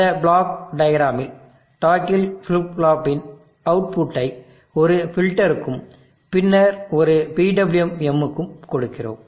இந்த பிளாக் டயக்ராமில் டாக்கில் ஃபிளிப் ஃப்ளாப்பின் அவுட்புட்டை ஒரு ஃபில்டருக்கும் பின்னர் ஒரு PWM க்கும் கொடுக்கிறோம்